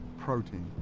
protein.